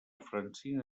francisca